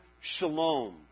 shalom